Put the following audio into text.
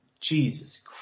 Jesus